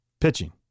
pitching